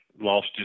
lost